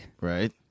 Right